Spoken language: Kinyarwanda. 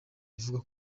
ivuga